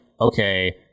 okay